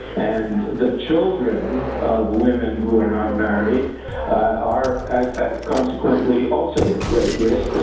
and, the children of women who are not married are at at consequently also at great risk, but